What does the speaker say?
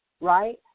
right